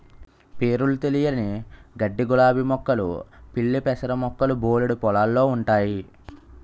పేరులు తెలియని గడ్డిగులాబీ మొక్కలు పిల్లిపెసర మొక్కలు బోలెడు పొలాల్లో ఉంటయి